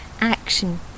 action